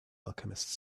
alchemist